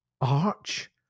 Arch